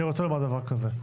אני רוצה לומר דבר כזה.